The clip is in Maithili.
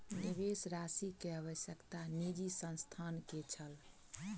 निवेश राशि के आवश्यकता निजी संस्थान के छल